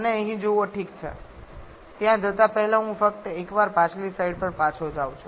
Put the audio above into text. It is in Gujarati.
આને અહીં જુઓ ઠીક છે ત્યાં જતાં પહેલાં હું ફક્ત એક વાર પાછલી સ્લાઇડ પર પાછો જાઉં છું